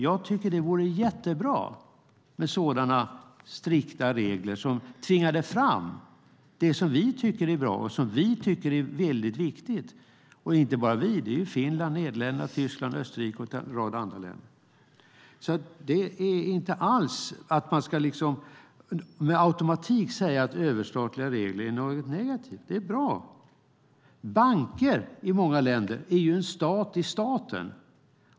Det vore jättebra med sådana strikta regler som tvingade fram det som vi tycker är bra och viktigt, och inte bara vi, utan det gäller även Finland, Nederländerna, Tyskland, Österrike och en rad andra länder. Man ska inte per automatik säga att överstatliga regler är någonting negativt. De är bra. Bankerna är i många länder en stat i staten.